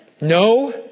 No